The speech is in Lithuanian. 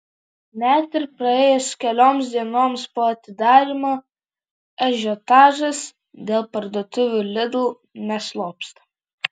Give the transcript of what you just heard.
net ir praėjus kelioms dienoms po atidarymo ažiotažas dėl parduotuvių lidl neslopsta